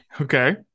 Okay